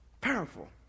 Powerful